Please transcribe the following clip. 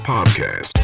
Podcast